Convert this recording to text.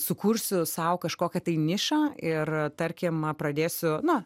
sukursiu sau kažkokią tai nišą ir tarkim pradėsiu na